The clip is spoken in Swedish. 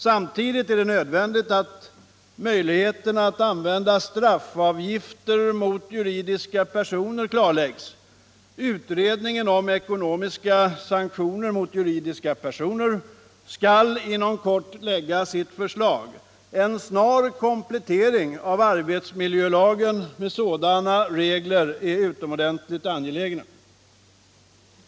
Samtidigt är det nödvändigt att möjligheten att använda straffavgifter mot juridiska personer klarläggs. Utredningen om ekonomiska sanktioner mot juridiska personer skall inom kort framlägga sina förslag. En snar komplettering av arbetsmiljölagen med sådana regler är utomordentligt angelägen.